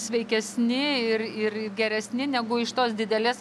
sveikesni ir ir geresni negu iš tos didelės